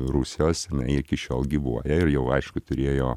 rusijos iki šiol gyvuoja ir jau aišku turėjo